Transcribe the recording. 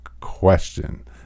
question